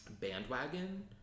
Bandwagon